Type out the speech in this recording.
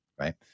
right